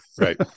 Right